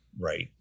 right